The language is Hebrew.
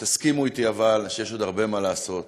אבל תסכימו אתי שיש עוד הרבה מה לעשות,